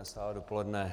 Stále dopoledne.